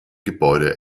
gebäude